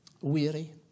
weary